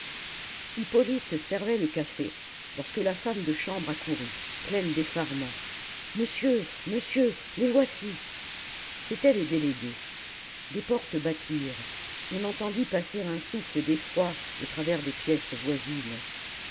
hippolyte servait le café lorsque la femme de chambre accourut pleine d'effarement monsieur monsieur les voici c'étaient les délégués des portes battirent on entendit passer un souffle d'effroi au travers des pièces voisines